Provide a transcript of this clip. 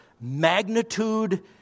magnitude